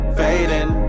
fading